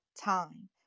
time